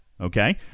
okay